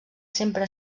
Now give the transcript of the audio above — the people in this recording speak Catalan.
sempre